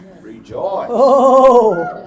Rejoice